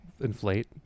inflate